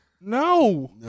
No